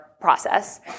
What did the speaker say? process